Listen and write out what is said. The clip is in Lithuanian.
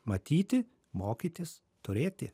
matyti mokytis turėti